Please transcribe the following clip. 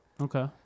Okay